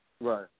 Right